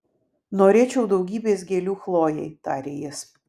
norėčiau daugybės gėlių chlojei tarė jis